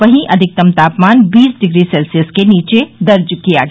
वहीं अधिकतम तापमान बीस डिग्री सेल्सियस के नीचे दर्ज किया गया